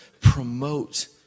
promote